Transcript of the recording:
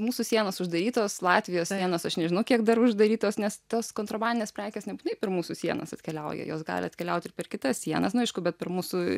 mūsų sienos uždarytos latvijos sienos aš nežinau kiek dar uždarytos nes tos kontrabandinės prekės nebūtinai per mūsų sienas atkeliauja jos gali atkeliaut ir per kitas sienas nu aišku bet per mūsų